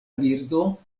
birdo